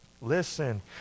listen